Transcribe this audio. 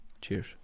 Cheers